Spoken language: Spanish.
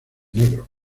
negro